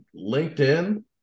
LinkedIn